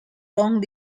long